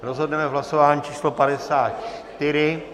Rozhodneme v hlasování číslo padesát čtyři.